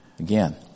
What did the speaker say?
Again